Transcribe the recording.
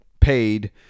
paid